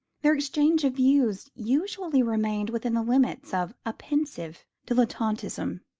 their exchange of views usually remained within the limits of a pensive dilettantism.